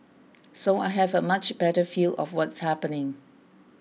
so I have a much better feel of what's happening